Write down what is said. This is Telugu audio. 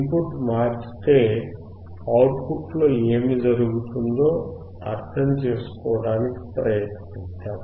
ఇన్ పుట్ మార్చితే అవుట్ పుట్ లో ఏమి జరుగుతుందో అర్థం చేసుకోవడానికి ప్రయత్నిద్దాం